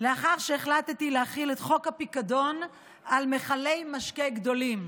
לאחר שהחלטתי להחיל את חוק הפיקדון על מכלי משקה גדולים.